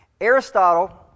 Aristotle